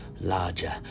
larger